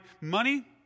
money